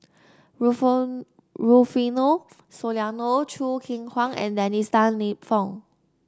Rufo Rufino Soliano Choo Keng Kwang and Dennis Tan Lip Fong